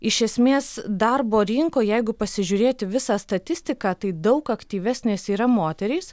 iš esmės darbo rinkoj jeigu pasižiūrėti visą statistiką tai daug aktyvesnės yra moterys